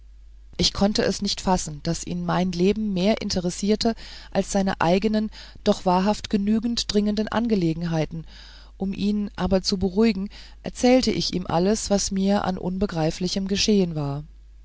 ich konnte es nicht fassen daß ihn mein leben mehr interessierte als seine eigenen doch wahrhaftig genügend dringenden angelegenheiten um ihn aber zu beruhigen erzählte ich ihm alles was mir an unbegreiflichem geschehen war